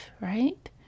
Right